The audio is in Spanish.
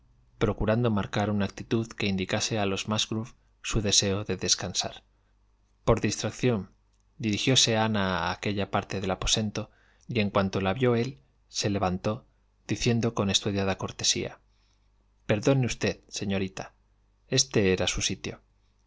procurando marcar una actitud que indicase a los musgrove su deseo de descansar por distracción dirigióse ana hacia aquella parte del aposento y en cuanto la vió él se levantó diciendo con estudiada cortesía perdone usted señorita éste era su sitio